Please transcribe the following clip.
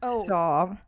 Stop